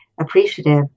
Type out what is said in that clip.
appreciative